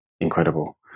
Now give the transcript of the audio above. incredible